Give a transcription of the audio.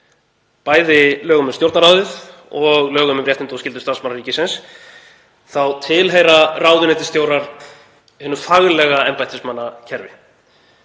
bæði lögum um Stjórnarráðið og lögum um réttindi og skyldur starfsmanna ríkisins, tilheyra ráðuneytisstjórar hinu faglega embættismannakerfi.